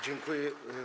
Dziękuję.